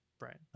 Right